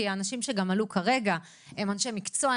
כי האנשים שגם עלו כרגע הם אנשי מקצוע.